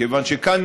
כיוון שכאן,